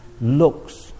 looks